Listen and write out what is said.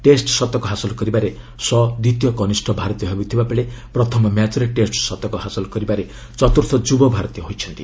test ଶତକ ହାସଲ କରିବାରେ ଶ ଦ୍ୱିତୀୟ କନିଷ୍ଠ ଭାରତୀୟ ହୋଇଥିବାବେଳେ ପ୍ରଥମ ମ୍ୟାଚ୍ରେ ଟେଷ୍ଟ ଶତକ ହାସଲ କରିବାରେ ଚତୁର୍ଥ ଯୁବ ଭାରତୀୟ ହୋଇଛନ୍ତି